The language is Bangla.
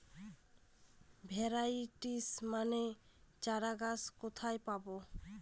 ভ্যারাইটি মানের চারাগাছ কোথায় পাবো?